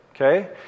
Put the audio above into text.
Okay